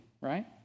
right